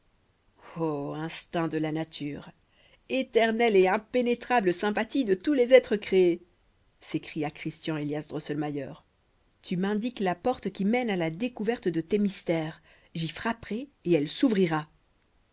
instinct de la nature éternelle et impénétrable sympathie de tous les êtres créés s'écria christian élias drosselmayer tu m'indiques la porte qui mène à la découverte de tes mystères j'y frapperai et elle s'ouvrira